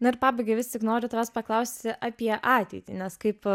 na ir pabaigai vis tik noriu tavęs paklausti apie ateitį nes kaip